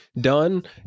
done